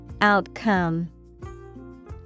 Outcome